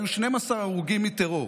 היו 12 הרוגים מטרור.